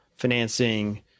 financing